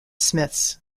smiths